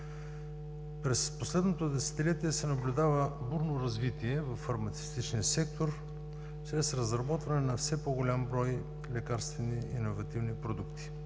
През последното десетилетие се наблюдава бурно развитие във фармацевтичния сектор чрез разработване на все по-голям брой лекарствени иновативни продукти.